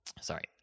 Sorry